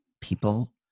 people